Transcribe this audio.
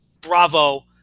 bravo